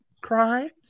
crimes